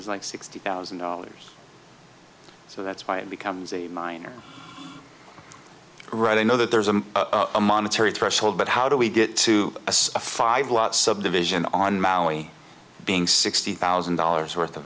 s like sixty thousand dollars so that's why it becomes a minor right to know that there's a monetary threshold but how do we get to a five lot subdivision on maui being sixty thousand dollars worth of